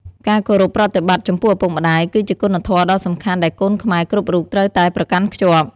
ការគោរពប្រតិបត្តិចំពោះឪពុកម្ដាយ គឺជាគុណធម៌ដ៏សំខាន់ដែលកូនខ្មែរគ្រប់រូបត្រូវតែប្រកាន់ខ្ជាប់។